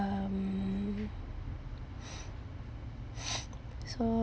um so